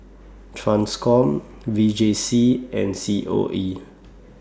TRANSCOM V J C and C O E